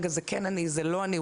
רגע זה כן אני או זה לא אני,